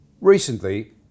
Recently